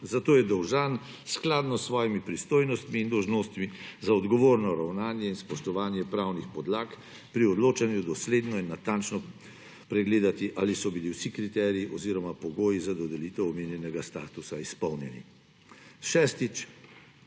zato je dolžan skladno s svojimi pristojnostmi in dolžnostni za odgovorno ravnanje in spoštovanje pravnih podlag pri odločanju dosledno in natančno pregledati, ali so bili vsi kriteriji oziroma pogoji za dodelitev omenjenega statusa izpolnjeni. Šestič.